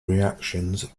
reactions